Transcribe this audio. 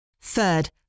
Third